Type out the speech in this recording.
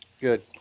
Good